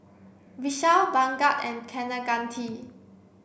Vishal Bhagat and Kaneganti